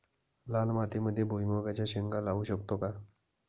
लाल मातीमध्ये भुईमुगाच्या शेंगा लावू शकतो का?